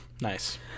nice